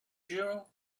you